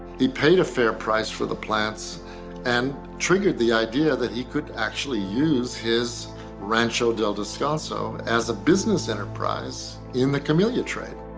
he paid a fair price for the plants and triggered the idea that he could actually use his rancho del descanso as a business enterprise in the camellia trade.